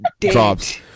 drops